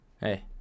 Hey